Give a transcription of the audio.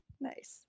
nice